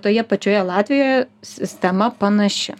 toje pačioje latvijoje sistema panaši